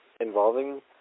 involving